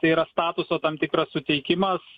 tai yra statuso tam tikras suteikimas